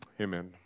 Amen